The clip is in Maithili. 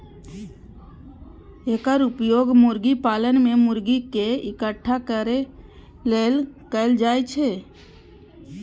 एकर उपयोग मुर्गी पालन मे मुर्गी कें इकट्ठा करै लेल कैल जाइ छै